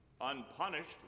unpunished